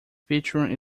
featuring